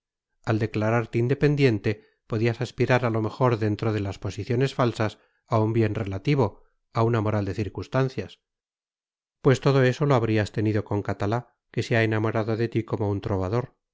al declararte independiente podías aspirar a lo mejor dentro de las posiciones falsas a un bien relativo a una moral de circunstancias pues todo eso lo habrías tenido con catalá que se ha enamorado de ti como un trovador